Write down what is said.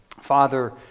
Father